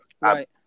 Right